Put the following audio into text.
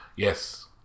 Yes